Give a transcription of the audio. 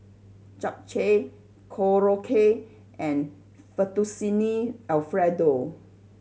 Japchae Korokke and Fettuccine Alfredo